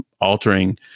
altering